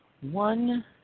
One